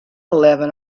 eleven